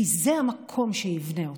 כי זה המקום שיבנה אותנו.